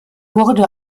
wurde